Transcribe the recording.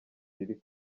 riri